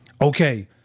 okay